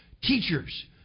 Teachers